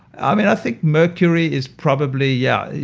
um and i think mercury is probably, yeah yeah,